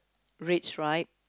red stripe